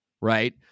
right